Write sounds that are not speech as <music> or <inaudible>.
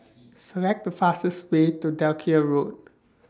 <noise> Select The fastest Way to Dalkeith Road